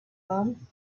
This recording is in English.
them